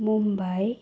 Mumbai